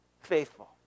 faithful